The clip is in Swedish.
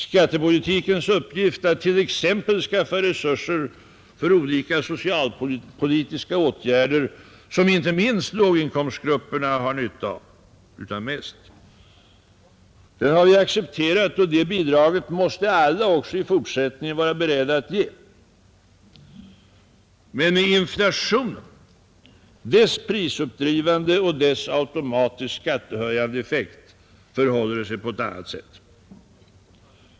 Skattepolitikens uppgift att t.ex. skaffa resurser för olika socialpolitiska åtgärder, som inte minst låginkomstgrupperna har nytta av, har vi accepterat, och det bidraget måste alla också i fortsättningen vara beredda att ge. Men med inflationen och dess prisuppdrivande och automatiskt skattehöjande effekt förhåller det sig på annat sätt.